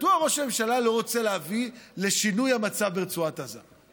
מדוע ראש הממשלה לא רוצה להביא לשינוי המצב ברצועת עזה?